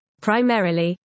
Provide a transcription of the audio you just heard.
primarily